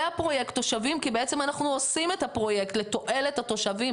הפרויקט תושבים כי בעצם אנחנו עושים את הפרויקט לתועלת התושבים,